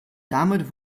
damit